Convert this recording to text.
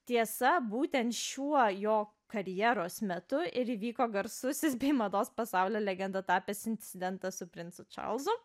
tiesa būtent šiuo jo karjeros metu ir įvyko garsusis bei mados pasaulio legenda tapęs incidentas su princu čarlzu